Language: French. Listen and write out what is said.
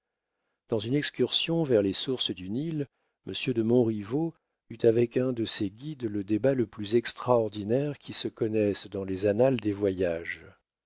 dans une excursion vers les sources du nil monsieur de montriveau eut avec un de ses guides le débat le plus extraordinaire qui se connaisse dans les annales des voyages